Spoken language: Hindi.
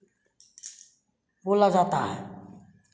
बोला जाता है